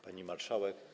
Pani Marszałek!